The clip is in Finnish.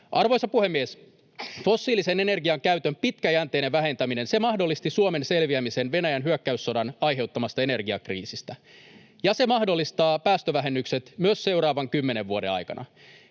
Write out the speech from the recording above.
Arvoisa puhemies! Fossiilisen energian käytön pitkäjänteinen vähentäminen, se mahdollisti Suomen selviämisen Venäjän hyökkäyssodan aiheuttamasta energiakriisistä, ja se mahdollistaa päästövähennykset myös seuraavan kymmenen vuoden aikana.